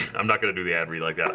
i'm not gonna do the aviary like that